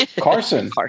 Carson